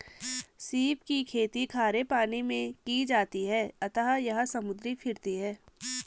सीप की खेती खारे पानी मैं की जाती है अतः यह समुद्री फिरती है